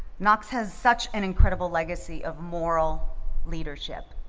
knox has such an incredible legacy of moral leadership.